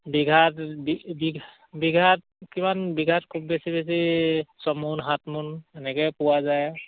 বিঘাত বিঘাত কিমান বিঘাত খুব বেছি বেছি চয়মোন সাতমোন এনেকে পোৱা যায়